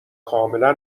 کاملا